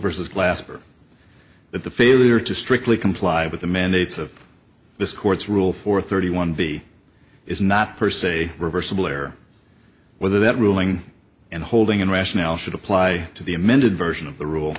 versus glasper that the failure to strictly comply with the mandates of this court's rule for thirty one b is not per se reversible or whether that ruling and holding in rationale should apply to the amended version of the rule